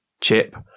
chip